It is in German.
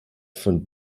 von